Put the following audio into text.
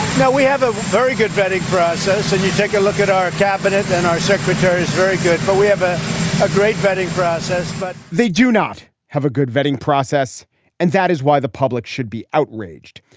now we have a very good vetting process and you take a look at our cabinet and our secretary is very good. but we have a a great vetting process, but they do not have a good vetting process and that is why the public should be outraged.